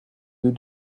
deux